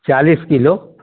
चालीस किलो